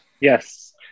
Yes